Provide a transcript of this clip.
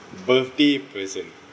birthday present